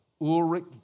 Ulrich